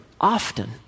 often